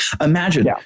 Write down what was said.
imagine